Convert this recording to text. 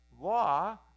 Law